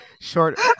short